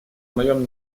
моем